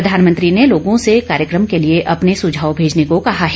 प्रधानमंत्री ने लोगों से कार्यक्रम के लिए अपने सुझाव भेजने को कहा है